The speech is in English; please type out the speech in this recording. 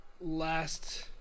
last